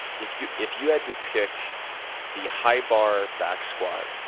if you if you had to pick the high bar back squat,